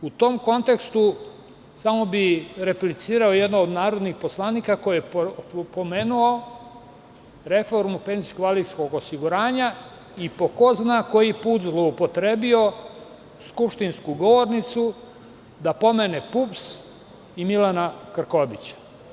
U tom kontekstu samo bih replicirao jednom od narodnih poslanika koji je pomenuo reformu penzijskog i invalidskog osiguranja i po ko zna koji put zloupotrebio skupštinsku govornicu da pomene PUPS i Milana Krkobabića.